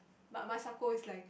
but Masako is like